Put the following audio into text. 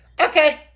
okay